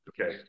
Okay